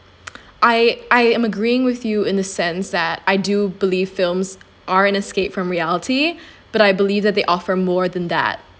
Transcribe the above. I I am agreeing with you in the sense that I do believe films are an escape from reality but I believe that they offer more than that